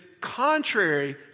contrary